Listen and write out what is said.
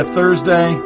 Thursday